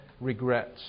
regrets